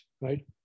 right